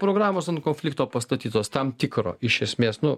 programos ant konflikto pastatytos tam tikro iš esmės nu